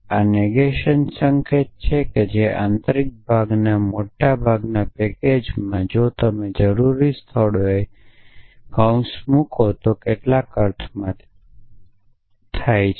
આ નેગેશન સંકેત એ છે કે આંતરિક ભાગના મોટા ભાગના પેકેજમાં જો તમે જરૂરી સ્થળોએ કૌંસ મૂકો તો કેટલાક અર્થમાં થાય છે